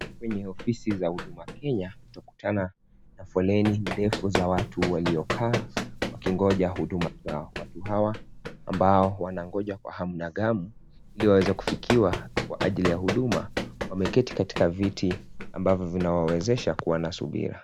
Hapa ni kwenye afisi za huduma za umma . Watu wamekaa chini , kwenye foleni ndefu wakingoja kwa hamu na ghamu kufikiwa na kupata huduma .